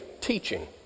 teaching